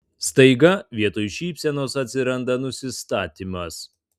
staiga vietoj šypsenos atsiranda nusistatymas